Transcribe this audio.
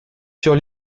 sur